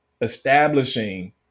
establishing